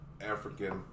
African